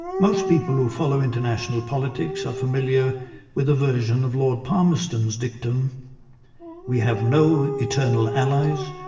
most people who follow international politics are familiar with a version of lord palmerston's dictum we have no eternal allies,